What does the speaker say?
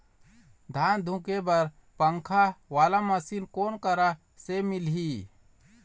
धान धुके बर पंखा वाला मशीन कोन करा से मिलही?